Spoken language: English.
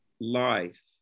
life